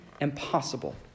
impossible